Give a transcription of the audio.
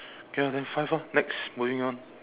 K lah then five ah next moving on